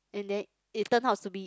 and then it turns out to be